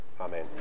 Amen